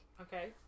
okay